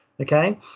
okay